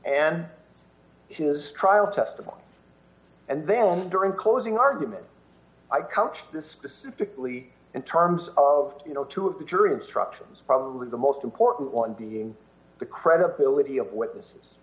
and his trial testimony and then during closing argument i count this specifically in terms of two of the jury instructions probably the most important one being the credibility of witnesses